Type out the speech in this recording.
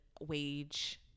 wage